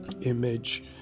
image